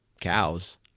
cows